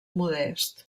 modest